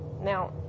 now